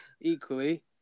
Equally